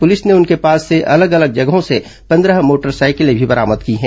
police ने उनके पास से अलग अलग जगहों से पंद्रह मोटरसाइकिलें बरामद की है